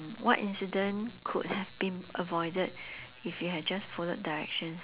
what incident could have been avoided if you had just followed directions